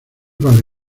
vale